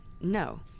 No